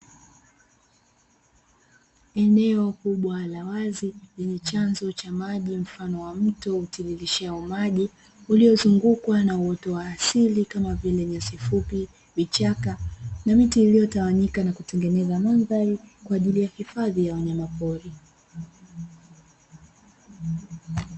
Eneo kubwa la wazi lenye chanzo ya maji mfano wa mto utiririshao maji uliozungukwa na uoto wa asili kama vile: nyasi fupi, vichaka na miti iliyotawanyika na kutengeneza mandhari kwa ajili ya uhifadhi wa wanyamapori.